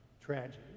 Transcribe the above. tragedy